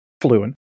fluent